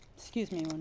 excuse me,